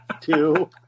two